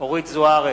אורית זוארץ,